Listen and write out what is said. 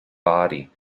body